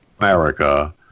America